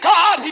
God